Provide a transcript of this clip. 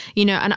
you know, and